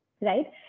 right